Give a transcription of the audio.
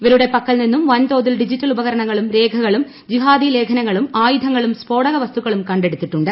ഇവരുടെ പക്കൽ നിന്നും വൻ തോതിൽ ഡിജിറ്റൽ ഉപകരണങ്ങളും രേഖകളും ജിഹാദി ലേഖനങ്ങളും ആയുധങ്ങളും സ്ഫോടകവസ്തുക്കളും കണ്ടെടുത്തിട്ടുണ്ട്